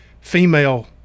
female